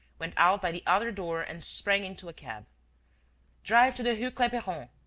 went out by the other door and sprang into a cab drive to the rue clapeyron.